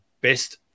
best